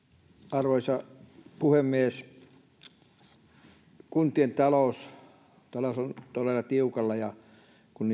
arvoisa puhemies kuntien talous on todella tiukalla kun